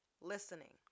Listening